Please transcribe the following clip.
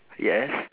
yes